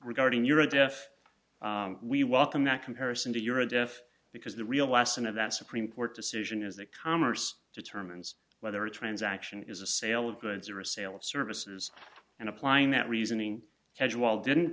regarding your idea if we welcome that comparison to euro def because the real lesson of that supreme court decision is that commerce determines whether a transaction is a sale of goods or a sale of services and applying that reasoning hedge while didn't